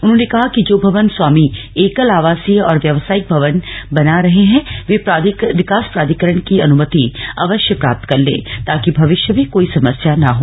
उन्होंने कहा कि जो भवन स्वामी एकल आवासीय और व्यावसायिक भवन बना रहे हैं वे विकास प्राधिकरण की अनुमति अवश्य प्राप्त कर लें ताकि भविष्य में कोई समस्या न हो